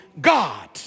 God